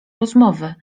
rozmowy